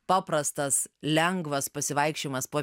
paprastas lengvas pasivaikščiojimas po